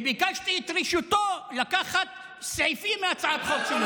וביקשתי את רשותו לקחת סעיפים מהצעת חוק שלו.